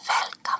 Welcome